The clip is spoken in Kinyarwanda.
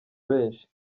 benshi